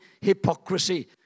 hypocrisy